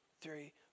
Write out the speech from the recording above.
three